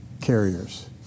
carriers